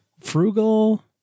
frugal